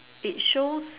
it shows